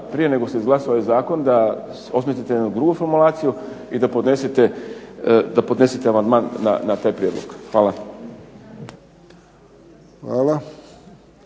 prije nego se izglasa ovaj zakon da osmislite jednu drugu formulaciju i da podnesete amandman na taj prijedlog. Hvala.